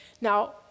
Now